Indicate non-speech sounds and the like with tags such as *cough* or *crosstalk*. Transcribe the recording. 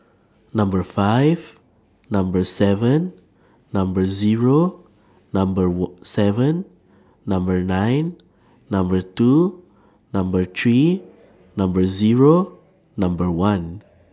Number five Number seven Number Zero Number *unintelligible* seven Number nine Number two Number three Number Zero Number one